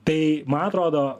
tai man atrodo